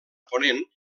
ponent